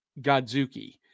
Godzuki